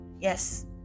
yes